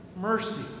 Mercy